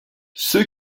ceux